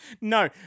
No